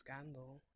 Scandal